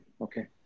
okay